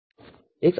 y x'